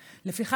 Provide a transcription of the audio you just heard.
זה בסדר גמור,